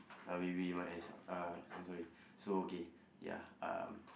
uh I'm sorry so okay ya uh